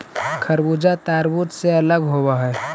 खरबूजा तारबुज से अलग होवअ हई